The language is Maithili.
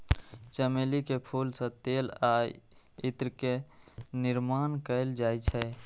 चमेली के फूल सं तेल आ इत्र के निर्माण कैल जाइ छै